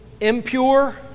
impure